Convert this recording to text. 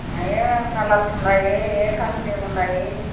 ఏమేమి కలర్స్ ఉన్నాయి ఏ కంపెనీ ఉన్నాయి